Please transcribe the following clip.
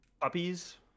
Puppies